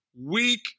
weak